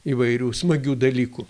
įvairių smagių dalykų